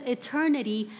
eternity